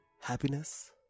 Happiness